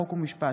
חוק ומשפט,